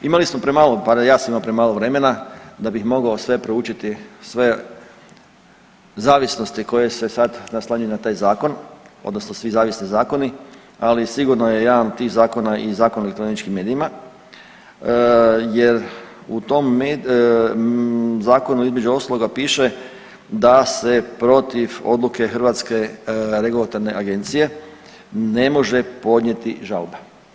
Imali smo premalo, barem ja sam imao premalo vremena da bih mogao sve proučiti, sve zavisnosti koje se sad naslanjaju na taj zakon odnosno svi zavisni zakoni, ali sigurno je jedan od tih zakona i Zakon o elektroničkim medijima jer u tom zakonu između ostaloga piše da se protiv odluke Hrvatske regulatorne agencije ne može podnijeti žalba.